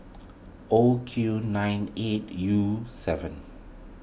O Q nine eight U seven